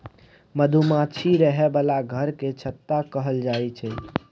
मधुमाछीक रहय बला घर केँ छत्ता कहल जाई छै